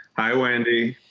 hi, wendy.